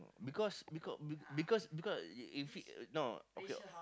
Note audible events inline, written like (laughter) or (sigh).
because because because because if if he no okay (noise)